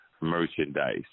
merchandise